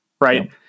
right